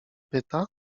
pyta